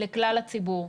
לכלל הציבור,